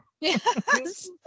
Yes